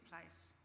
place